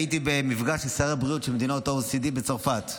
שהייתי במפגש של שרי הבריאות של מדינות ה-OECD בצרפת.